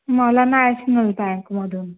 मला नॅशनल बँकमधून